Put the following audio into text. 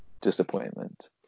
disappointment